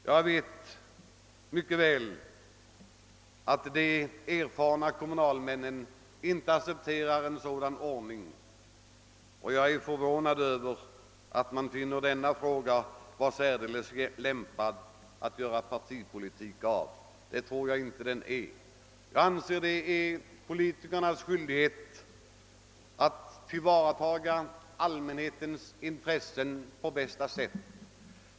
Jag vet mycket väl att de erfarna kommunalmännen inte accepterar en sådan ordning. Jag är också förvånad över att man finner denna fråga vara särdeles lämpad för partipolitik. Jag tror inte att så är fallet. Jag anser att det är politikernas skyldighet att tillvarata allmänhetens intressen på bästa sätt.